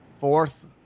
fourth